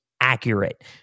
accurate